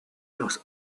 los